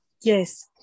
Yes